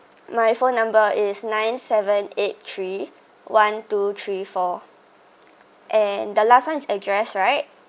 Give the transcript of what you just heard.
my phone number is nine seven eight three one two three four and the last one is address right